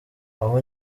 aho